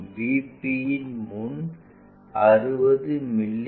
P யின் முன் 60 மி